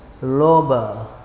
Loba